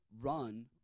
run